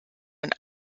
und